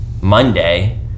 Monday